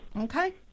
Okay